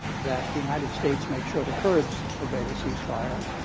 that the united states makes sure the kurds obey the ceasefire,